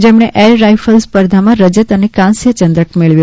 જેમણે air rifle સ્પર્ધામાં રજત અને કાંસ્ય ચંદ્રક મેળવ્યો છે